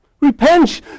Repent